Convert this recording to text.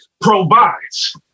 provides